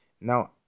now